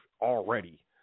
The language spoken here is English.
already